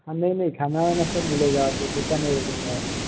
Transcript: हाँ नहीं नहीं खाना वाना सब मिलेगा आपको भूखा नहीं रखेंगे आपको